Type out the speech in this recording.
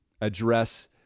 address